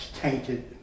tainted